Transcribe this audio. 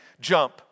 jump